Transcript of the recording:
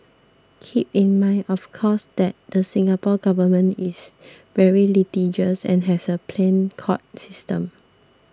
keep in mind of course that the Singapore Government is very litigious and has a pliant court system